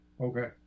Okay